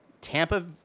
Tampa